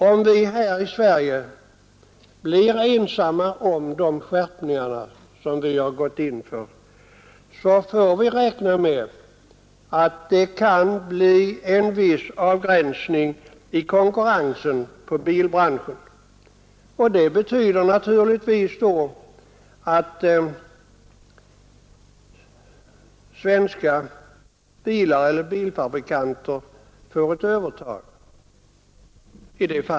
Om vi här i Sverige blir ensamma om de skärpningar som vi har tänkt oss får vi räkna med att det kan bli en viss begränsning av konkurrensen i bilbranschen, och det betyder naturligtvis att svenska bilfabrikanter får ett övertag.